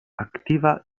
aktiva